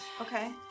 Okay